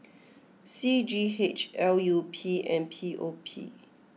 C G H L U P and P O P